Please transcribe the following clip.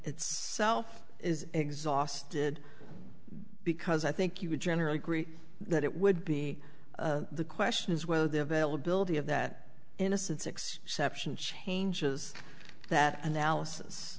it's self is exhausted because i think you would generally agree that it would be the question is whether the availability of that innocent six separate and changes that analysis